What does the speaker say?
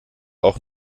auch